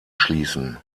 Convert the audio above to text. schließen